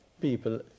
people